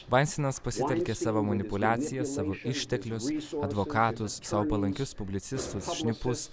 veinsteinas pasitelkė savo manipuliacijas savo išteklius advokatus sau palankius publicistus šnipus